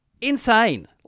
insane